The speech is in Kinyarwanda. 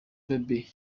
bebe